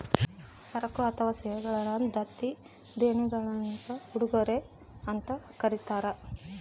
ಸರಕು ಅಥವಾ ಸೇವೆಗಳ ದತ್ತಿ ದೇಣಿಗೆಗುಳ್ನ ಉಡುಗೊರೆ ಅಂತ ಕರೀತಾರ